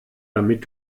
damit